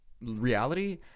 reality